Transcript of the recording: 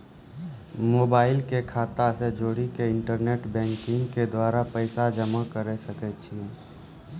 Mobile के खाता से जोड़ी के इंटरनेट बैंकिंग के द्वारा पैसा जमा करे सकय छियै?